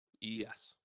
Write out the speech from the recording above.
Yes